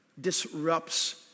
disrupts